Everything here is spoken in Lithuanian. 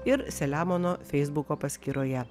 ir selemono feisbuko paskyroje